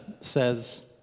says